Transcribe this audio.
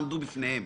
עמדו בפניהם.